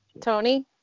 Tony